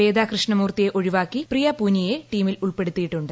വേദ കൃഷ്ണമൂർത്തിയെ ഒഴിവാക്കി പ്രിയ പുനിയയെ ടീമിൽ ഉൾപ്പെടുത്തിയിട്ടുണ്ട്